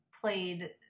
played